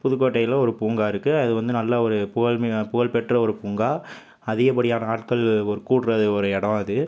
புதுக்கோட்டையில் ஒரு பூங்கா இருக்குது அது வந்து நல்ல ஒரு புகழ் மி புகழ்பெற்ற ஒரு பூங்கா அதிகப்படியான ஆட்கள் ஒரு கூடுற ஒரு இடம் அது